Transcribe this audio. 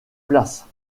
places